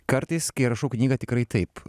kartais kai rašau knygą tikrai taip